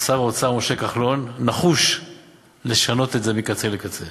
ושר האוצר משה כחלון נחוש לשנות את זה מקצה לקצה.